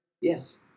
Yes